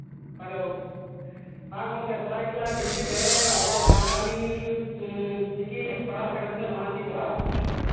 ᱦᱮᱸ ᱜᱚᱢᱠᱮ ᱥᱟᱹᱨᱟᱹᱭᱠᱮᱞᱟ ᱰᱤᱥᱴᱤᱠ ᱨᱮ ᱟᱵᱚᱣᱟᱜ ᱥᱟᱱᱛᱟᱞᱤ ᱪᱤᱠᱤ ᱯᱟᱲᱦᱟᱣ ᱞᱮᱠᱟ ᱫᱚ ᱛᱤᱱᱟᱹᱜ ᱞᱟᱦᱟᱱᱛᱤ ᱪᱟᱞᱟᱣ ᱠᱟᱱᱟ